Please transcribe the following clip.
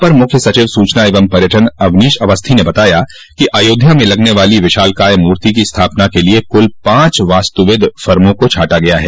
अपर मुख्य सचिव सूचना एवं पर्यटन अवनीश अवस्थी ने बताया कि अयोध्या में लगने वाली विशालकाय मूर्ति की स्थापना के लिये कुल पांच वास्तुविद फर्मों को छाटा गया है